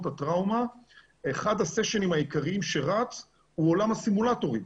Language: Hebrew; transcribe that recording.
הטראומה אחד הסשנים העיקריים שרץ הוא עולם הסימולטורים,